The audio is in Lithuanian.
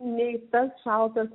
nei tas šaltas